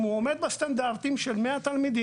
אם הוא עומד בסטנדרטים של 100 תלמידים,